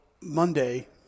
Monday